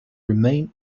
remain